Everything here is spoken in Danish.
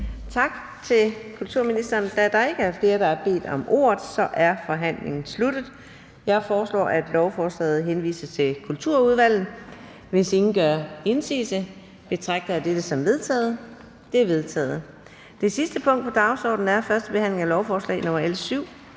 Tak til kulturministeren. Da der ikke er flere, der har bedt om ordet, er forhandlingen sluttet. Jeg foreslår, at lovforslaget henvises til Kulturudvalget. Hvis ingen gør indsigelse, betragter jeg dette som vedtaget. Det er vedtaget. --- Det sidste punkt på dagsordenen er: 8) 1. behandling af lovforslag nr.